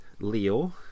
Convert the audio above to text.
Leo